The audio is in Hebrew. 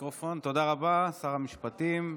תודה רבה, שר המשפטים.